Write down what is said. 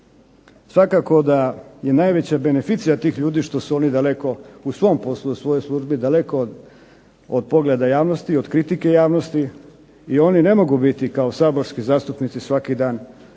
Svakako da je najveća beneficija tih ljudi što su oni daleko u svojem poslu, u svojoj službi daleko od pogleda javnosti od kritike javnosti, i oni ne mogu biti kao saborski zastupnici svaki dan